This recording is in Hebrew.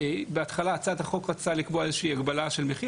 בהתחלה הצעת החוק רצתה לקבוע איזושהי הגבלה של מחיר